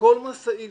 שכל משאית